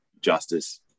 Justice